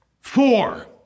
Four